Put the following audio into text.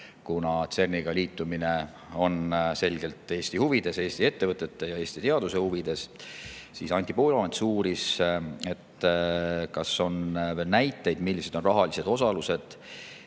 kuna CERN‑iga liitumine on selgelt Eesti huvides, Eesti ettevõtete ja Eesti teaduse huvides. Anti Poolamets uuris, kas on näiteid, milline on rahaline osalus,